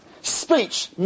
Speech